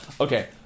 Okay